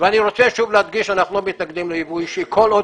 אני רוצה שוב להדגיש שאנחנו לא מתנגדים ליבוא אישי כל עוד